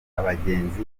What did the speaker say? abagenzi